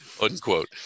Unquote